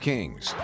Kings